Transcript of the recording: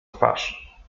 twarz